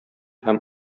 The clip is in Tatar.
һәм